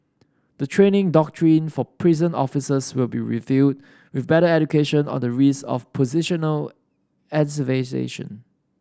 the training doctrine for prison officers will be reviewed with better education on the risk of positional asphyxiation